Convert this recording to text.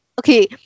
Okay